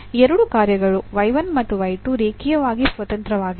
ಎರಡು ಕಾರ್ಯಗಳು ಮತ್ತು ರೇಖೀಯವಾಗಿ ಸ್ವತಂತ್ರವಾಗಿವೆ